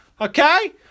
okay